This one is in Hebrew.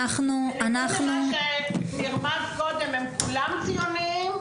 בניגוד למה שנרמז מקום, הם כולם ציוניים.